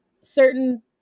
certain